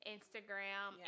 Instagram